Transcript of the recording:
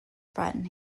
frighten